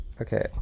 Okay